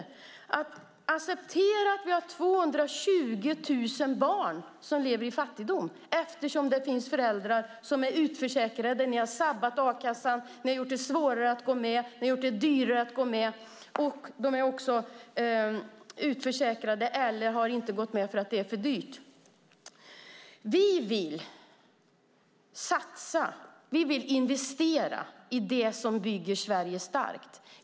Man accepterar att det finns 220 000 barn som lever i fattigdom eftersom det finns föräldrar som är utförsäkrade. Ni har sabbat a-kassan och gjort det svårare och dyrare att gå med. De är utförsäkrade eller har inte gått med för att det är för dyrt. Vi vill satsa och investera i det som bygger Sverige starkt.